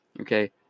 Okay